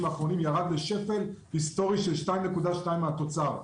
האחרונים ירד לשפל היסטורי של 2.2 מהתוצר.